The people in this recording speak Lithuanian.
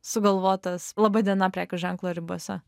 sugalvotas laba diena prekių ženklo ribose